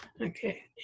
okay